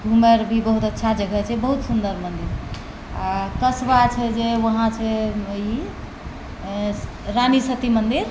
घूमय रऽ भी बहुत अच्छा जगह छै बहुत सुन्दर मन्दिर आ कस्बा जे छै वहाँ छै ई रानी सती मन्दिर